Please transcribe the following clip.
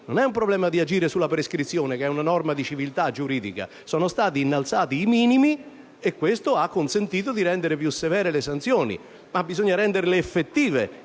Non è un problema di agire sulla prescrizione, che è una norma di civiltà giuridica. Sono stati innalzati i minimi, e questo ha consentito di rendere più severe le sanzioni. Ma bisogna renderle effettive